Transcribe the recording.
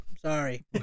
Sorry